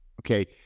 Okay